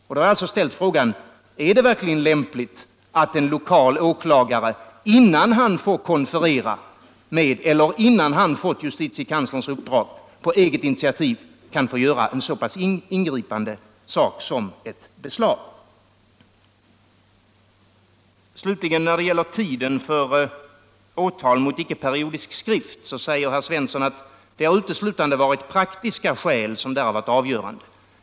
Då har jag alltså ställt frågan: Är det verkligen lämpligt att en lokal åklagare, innan han fått justitiekanslerns uppdrag, på eget initiativ kan vidta en så pass ingripande åtgärd som ett beslag? När det slutligen gäller tiden för åtal mot icke-periodisk skrift säger herr Svensson i Eskilstuna att det är uteslutande praktiska skäl som där varit avgörande.